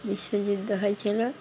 বিশ্বযুদ্ধ হয়েছিল